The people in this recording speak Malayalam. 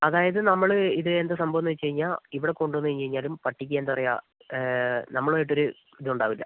അതായത് നമ്മൾ ഇത് എന്താണ് സംഭവം എന്ന് വെച്ചുകഴിഞ്ഞാൽ ഇവിടെ കൊണ്ടുവന്ന് കഴിഞ്ഞ് കഴിഞ്ഞാലും പട്ടിക്ക് എന്താണ് പറയുക നമ്മളായിട്ടൊരു ഇതുണ്ടാവില്ല